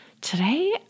Today